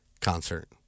concert